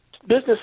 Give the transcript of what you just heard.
Business